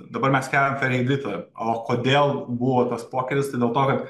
dabar mes keliam ferihidritą o kodėl buvo toks pokytis tai dėl to kad